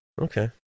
okay